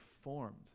formed